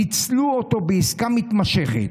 ניצלו אותו בעסקה מתמשכת,